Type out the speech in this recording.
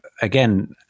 again